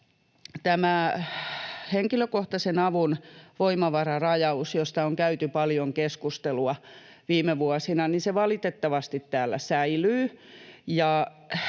Henkilökohtaisen avun voimavararajaus, josta on käyty paljon keskustelua viime vuosina, valitettavasti täällä säilyy,